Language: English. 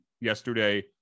yesterday